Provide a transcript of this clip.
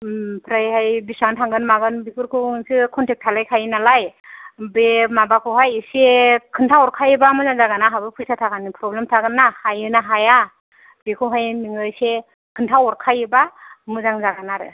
ओमफ्राइ हाय बेसेबां थांगोन मागोन बेफोरखौ नोंसोर खनथेग थालाय खायो नालाय बे माबाखौहाय एसे खोन्थाहरखायोबा मोजां जागोन आंहाबो फैसा थाखानि फ्रब्लेम थागोन ना हायो ना हाया बेखौ हाय नोङो एसे खोन्था हरखायोबा मोजां जागोन आरो